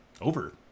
Over